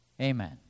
Amen